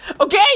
Okay